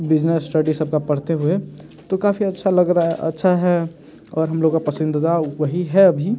business study सबका पढ़ते हुए तो काफ़ी अच्छा लग रहा है अच्छा है और हम लोग का पसंदीदा वही है भी